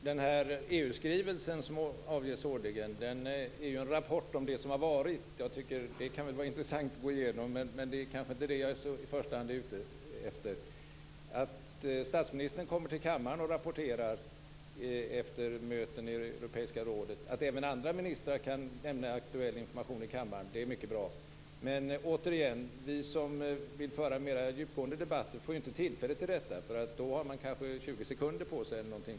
Herr talman! EU-skrivelsen, som avges årligen, är ju en rapport om det som har varit, och det kan väl vara intressant att gå igenom. Men det är inte detta som jag i första hand är ute efter. Att statsministern och även andra ministrar efter möten i det europeiska rådet lämnar aktuell information i kammaren är mycket bra. Men återigen: Vi som vill föra en mera djupgående debatt får ju inte tillfälle till det, eftersom man bara har 20 sekunder på sig.